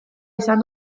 izan